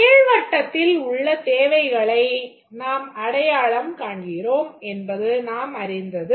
நீள்வட்டத்தில் உள்ள தேவைகளை நாம் அடையாளம் காண்கிறோம் என்பது நாம் அறிந்தது